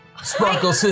Sparkle